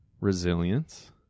resilience